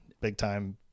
big-time